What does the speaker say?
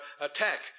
attack